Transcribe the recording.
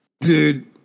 Dude